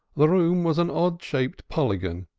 the room was an odd-shaped polygon,